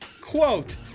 quote